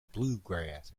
bluegrass